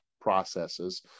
processes